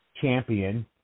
champion